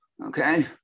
okay